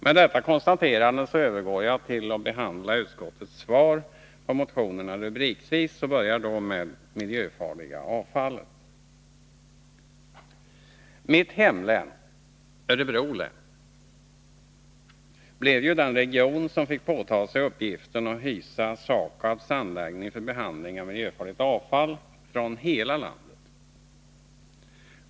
— Med detta konstaterande övergår jag till att behandla utskottets svar på motionerna rubrikvis och börjar då med det miljöfarliga avfallet. Mitt hemlän, Örebro län, blev ju den region som fick påta sig uppgiften att hysa SAKAB:s anläggning för behandling av miljöfarligt avfall från hela landet.